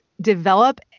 develop